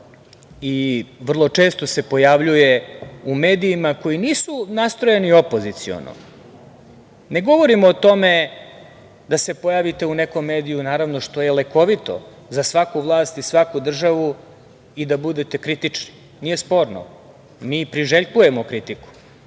i vrlo često se pojavljuje u medijima koji nisu nastrojeni opoziciono, ne govorim o tome da se pojavite u nekom mediju, naravno, što je lekovito za svaku vlast i svaku državu i da budete kritični, to nije sporno, mi priželjkujemo kritiku,